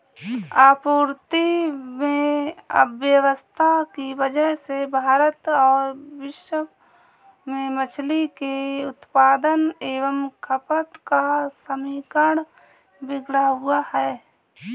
आपूर्ति में अव्यवस्था की वजह से भारत और विश्व में मछली के उत्पादन एवं खपत का समीकरण बिगड़ा हुआ है